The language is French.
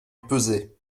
pesait